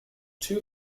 two